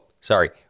sorry